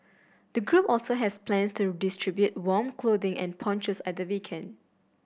the group also has plans to distribute warm clothing and ponchos at the weekend